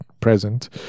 present